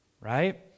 right